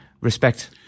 respect